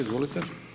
Izvolite.